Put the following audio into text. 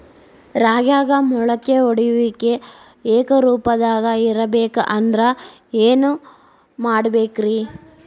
ರಾಗ್ಯಾಗ ಮೊಳಕೆ ಒಡೆಯುವಿಕೆ ಏಕರೂಪದಾಗ ಇರಬೇಕ ಅಂದ್ರ ಏನು ಮಾಡಬೇಕ್ರಿ?